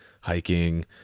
hiking